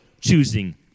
choosing